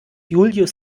julius